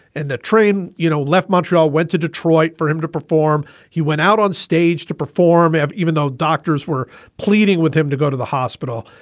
and the train, you know, left montreal, went to detroit for him to perform. he went out on stage to perform. even though doctors were pleading with him to go to the hospital,